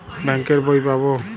Bank এর বই পাবো?